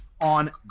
on